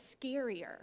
scarier